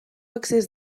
excés